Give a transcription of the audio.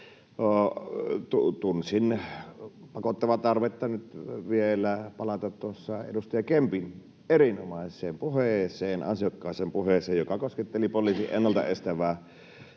tunsin pakottavaa tarvetta nyt vielä palata edustaja Kempin erinomaiseen puheeseen, ansiokkaaseen puheeseen, joka kosketteli poliisin ennalta estävää